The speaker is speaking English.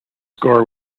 score